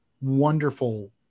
Wonderful